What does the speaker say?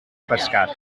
pescar